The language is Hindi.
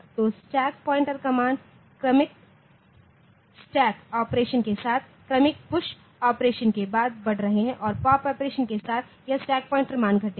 तो स्टैकपॉइंटरका मान क्रमिक स्टैक ऑपरेशनके साथ क्रमिक पुश ऑपरेशन के साथ बढ़ रहे हैं और पॉप ऑपरेशन के साथ यह स्टैक पॉइंटर मान घटेगा